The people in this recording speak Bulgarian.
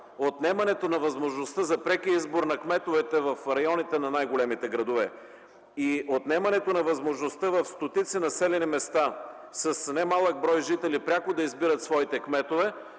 отнемането на възможността за прекия избор на кметове в райони на най-големите градове и отнемането на възможността в стотици населени места с немалък брой жители пряко да избират своите кметове,